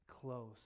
close